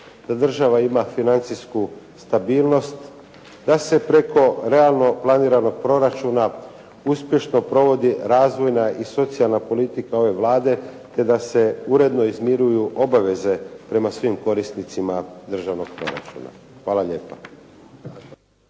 da država ima financijsku stabilnost, da se preko realno planiranog proračuna uspješno provodi razvojna i socijalna politika ove Vlade te da se uredno izmiruju obaveze prema svim korisnicima državnog proračuna. Hvala lijepa.